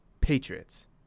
Patriots